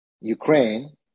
Ukraine